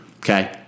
Okay